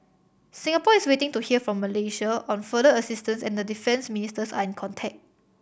Singapore is waiting to hear from Malaysia on further assistance and the defence ministers are in contact